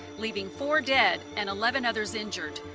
leaving four dead, and eleven others injured.